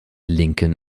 linken